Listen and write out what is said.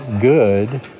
good